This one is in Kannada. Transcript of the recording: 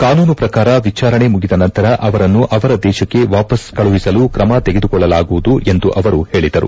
ಕಾನೂನು ಪ್ರಕಾರ ವಿಚಾರಣೆ ಮುಗಿದ ನಂತರ ಅವರನ್ನು ಅವರ ದೇಶಕ್ಕೆ ವಾಪಸ್ಸ್ ಕಳುಹಿಸಲು ತ್ರಮ ತೆಗೆದುಕೊಳ್ಳಲಾಗುವುದು ಎಂದು ಅವರು ಹೇಳಿದರು